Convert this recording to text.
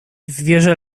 zwierzę